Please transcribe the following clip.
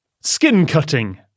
skin-cutting